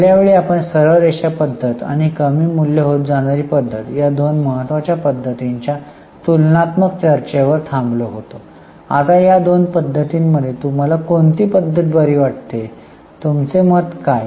गेल्यावेळी आपण सरळ रेषा पद्धत आणि कमी मूल्य होत जाणारी पद्धत ह्या दोन पद्धतींच्या तुलनात्मक चर्चेवर थांबलो होतो आता या दोन पद्धतींमध्ये तुम्हाला कोणती पद्धत बरी वाटते तुमचे मत काय